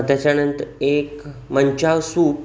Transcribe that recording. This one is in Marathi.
त्याच्यानंतर एक मंचाव सूप